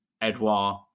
Edouard